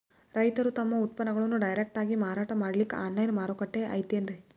ರೈತರು ತಮ್ಮ ಉತ್ಪನ್ನಗಳನ್ನು ಡೈರೆಕ್ಟ್ ಆಗಿ ಮಾರಾಟ ಮಾಡಲಿಕ್ಕ ಆನ್ಲೈನ್ ಮಾರುಕಟ್ಟೆ ಐತೇನ್ರೀ?